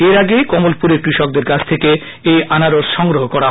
এর আগে কমলপুরের কৃষকদের কাছ থেকে এই আনারস সংগ্রহ করা হয়